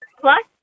plus